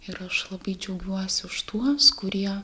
ir aš labai džiaugiuosi už tuos kurie